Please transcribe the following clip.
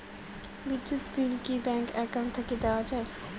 বিদ্যুৎ বিল কি bank account থাকি দেওয়া য়ায়?